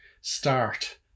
start